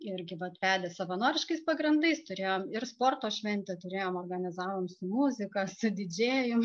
irgi vat vedė savanoriškais pagrindais turėjom ir sporto šventę turėjom organizavom su muzika su didžėjum